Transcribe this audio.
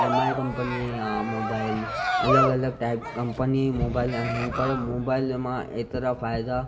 M I कंपनीअ जी आहे मोबाइल अलॻि अलॻि टाइप कंपनी मोबाइल आहिनि पर मोबाइल मां एतिरा फ़ाइदा